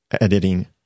editing